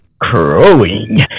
crowing